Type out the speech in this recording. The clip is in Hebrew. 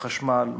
חשמל,